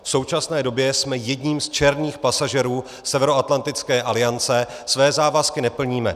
V současné době jsme jedním z černých pasažérů Severoatlantické aliance, své závazky neplníme.